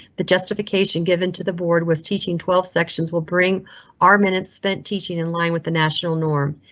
the justification given to the board was teaching twelve sections will bring our minutes spent teaching in line with the national norm.